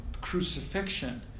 crucifixion